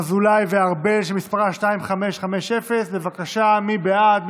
אזולאי וארבל, שמספרה 2550. בבקשה, מי בעד?